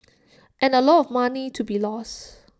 and A lot of money to be lost